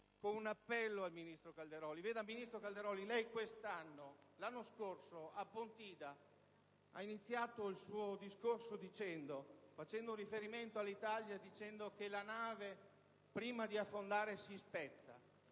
con un appello al ministro Calderoli. Vede, ministro Calderoli, l'anno scorso, a Pontida, ha iniziato il suo discorso facendo riferimento all'Italia e dicendo che la nave prima di affondare si spezza.